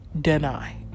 deny